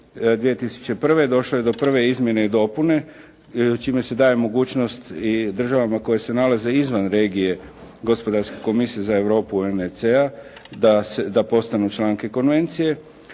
2001. došlo je do prve izmjene i dopune čime se daje mogućnost i državama koje se nalaze izvan regije Gospodarske komisije za Europu, NWC-a, da postanu članice konvencije.